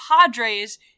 Padres